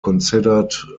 considered